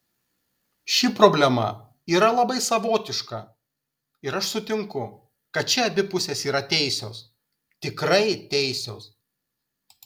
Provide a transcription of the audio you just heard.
ši problema yra labai savotiška ir aš sutinku kad čia abi pusės yra teisios tikrai teisios